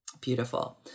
beautiful